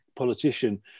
politician